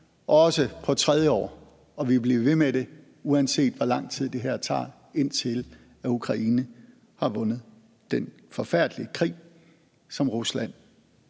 også på tredje år, og vi vil blive ved med det, uanset hvor lang tid det her tager, indtil Ukraine har vundet den forfærdelige krig, som Rusland